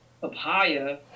papaya